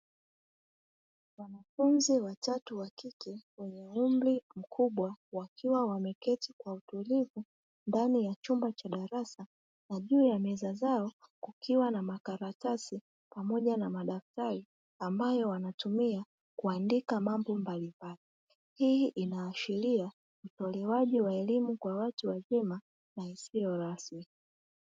Wanafunzi watatu wa kike wenye umri mkubwa wakiwa wameketi kwa utulivu ndani ya chumba cha darasa, na juu ya meza zao kukiwa na makaratasi pamoja na madaftari ambayo wanayatumia kuandika mambo mbalimbali. Hii inaashiria utolewaji wa elimu kwa watu wazima na isiyo rasmi.